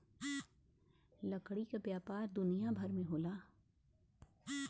लकड़ी क व्यापार दुनिया भर में होला